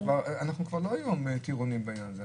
אנחנו כבר לא טירונים בעניין הזה.